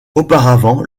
auparavant